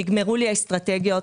נגמרו לי האסטרטגיות.